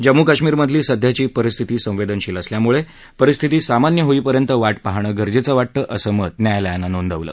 जम्मू काश्मीरमधली सध्याची परिस्थिती संवेदनशील असल्यामुळे परिस्थिती सामान्य होईपर्यंत वाट पाहणं गरजेचं वाटतं असं मत न्यायालयानं नोंदवलं